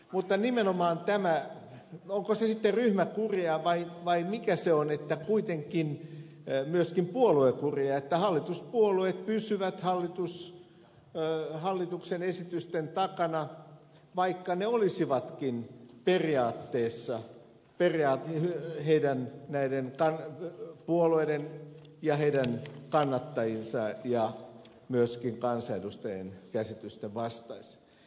mutta en tiedä onko se sitten ryhmäkuria vai mitä se on myöskin puoluekuria nimenomaan se että kuitenkin hallituspuolueet pysyvät hallituksen esitysten takana vaikka ne olisivatkin periaatteessa näiden puolueiden ja niiden kannattajien ja myöskin kansanedustajien käsitysten vastaisia